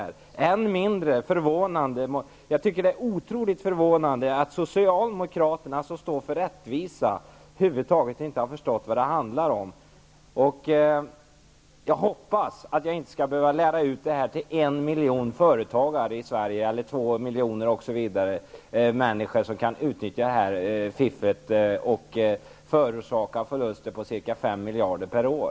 Jag tycker att det är otroligt förvånande att Socialdemokraterna, som ju står för rättvisa, inte alls har förstått vad det handlar om. Jag hoppas att jag inte skall behöva lära ut detta till en miljon företagare i Sverige, eller till två miljoner, så att de kan utnyttja det här fifflet och förorsaka förluster på ca 5 miljarder per år.